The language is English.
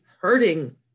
hurting